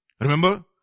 Remember